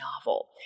novel